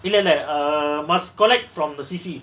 இல்ல இல்ல:illa illa err must collect from the C_C